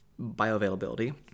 bioavailability